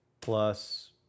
plus